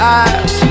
eyes